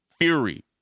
Fury